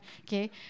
okay